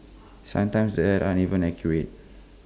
sometimes the apps aren't even accurate